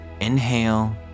Inhale